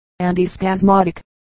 antispasmodic